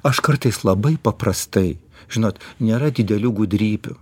aš kartais labai paprastai žinot nėra didelių gudrybių